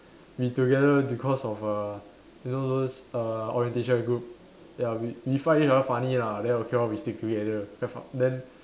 we together because of err you know those err orientation group ya we we find each other funny lah then okay lor we stick together then f~ then